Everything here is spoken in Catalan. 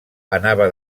anava